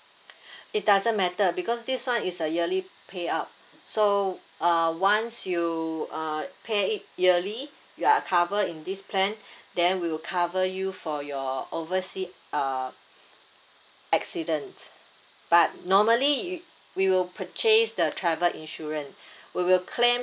it doesn't matter because this one is a yearly payout so uh once you uh pay it yearly your are covered in this plan then we will cover you for your oversea uh accident but normally it we will purchase the travel insurance we will claim